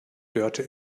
dörte